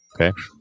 Okay